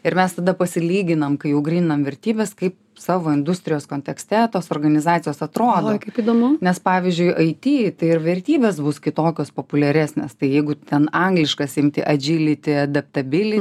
ir mes tada pasilyginam kai jau gryninam vertybes kaip savo industrijos kontekste tos organizacijos atrodo kaip įdomu nes pavyzdžiui aiti tai ir vertybės bus kitokios populiaresnės tai jeigu ten angliškas imti adžiliti adaptabiliti